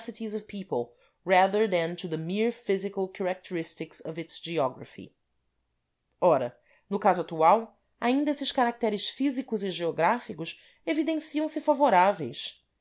geography ora no caso atual ainda esses caracteres físicos e geográficos evidenciam se favoráveis